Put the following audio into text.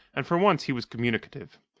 and for once he was communicative.